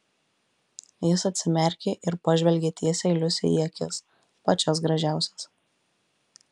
jis atsimerkė ir pažvelgė tiesiai liusei į akis pačias gražiausias